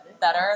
better